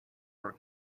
for